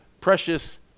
precious